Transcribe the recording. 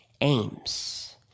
aims